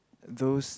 those